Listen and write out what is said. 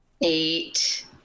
eight